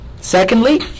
Secondly